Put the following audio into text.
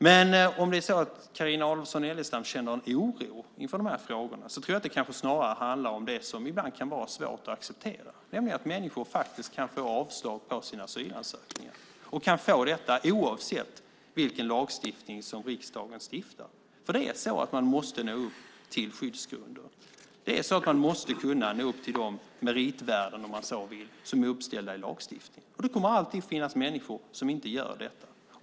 Men om det är så att Carina Adolfsson Elgestam känner oro inför de här frågorna tror jag att det kanske snarare handlar om det som ibland kan vara svårt att acceptera, nämligen att människor faktiskt kan få avslag på sin asylansökan och kan få detta oavsett vilka lagar riksdagen stiftar. Det är nämligen så att man måste nå upp till skyddsgrunden. Det är så att man måste nå upp till de meritvärden, så att säga, som är uppställda i lagstiftningen. Och det kommer alltid att finnas människor som inte gör det.